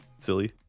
Silly